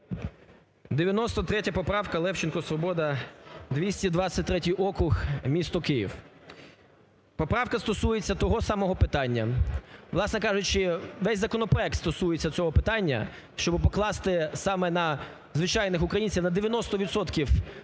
93 поправка. Левченко, "Свобода", 223 округ, місто Київ. Поправка стосується того самого питання. Власне кажучи, весь законопроект стосується цього питання, щоби покласти саме на звичайних українців на 90 відсотків